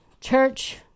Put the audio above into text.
church